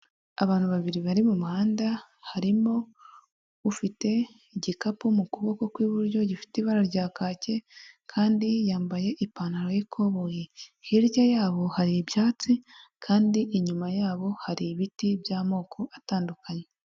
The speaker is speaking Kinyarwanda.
Abantu babiri bari mu muhanda, harimo ufite igikapu mu kuboko kw'iburyo gifite ibara rya kake kandi yambaye ipantaro y'ikoboyi. Hirya yabo hari ibyatsi kandi inyuma yabo hari ibiti by'amoko atandukanye.